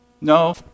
No